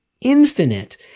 infinite